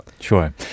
Sure